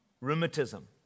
rheumatism